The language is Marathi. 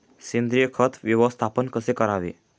सेंद्रिय खत व्यवस्थापन कसे करावे?